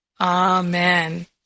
Amen